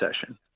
session